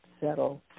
settle